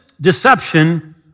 deception